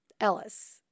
Ellis